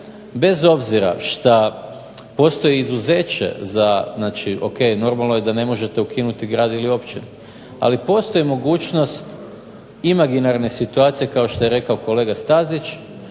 bez obzira što postoji izuzeće za, znači ok, normalno je da ne možete ukinuti grad ili općinu ali postoji mogućnost imaginarne situacije kao što je rekao kolega Stazić